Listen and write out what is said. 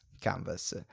Canvas